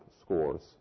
scores